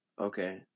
okay